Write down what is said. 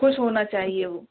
خوش ہونا چاہیے وہ